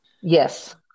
Yes